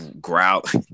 grout